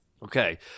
Okay